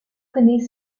connaît